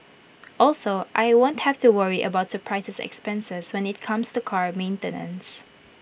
also I won't have to worry about surprise expenses when IT comes to car maintenance